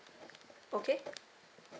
okay